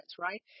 right